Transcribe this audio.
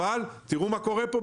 אבל תראה מה קורה פה,